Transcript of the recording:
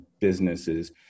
businesses